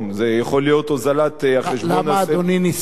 זה יכול להיות הוזלת חשבון, למה אדוני נסער?